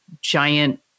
giant